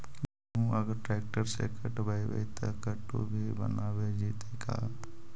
गेहूं अगर ट्रैक्टर से कटबइबै तब कटु भी बनाबे जितै का?